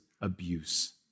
abuse